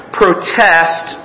protest